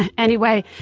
and anyway,